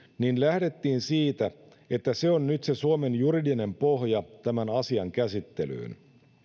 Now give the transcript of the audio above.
niin lähdettiin siitä että se on nyt se suomen juridinen pohja tämän asian käsittelyyn